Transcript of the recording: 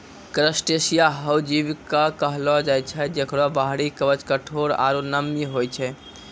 crustacea हो जीव कॅ कहलो जाय छै जेकरो बाहरी कवच कठोर आरो नम्य होय छै